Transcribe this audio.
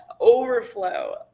overflow